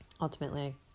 Ultimately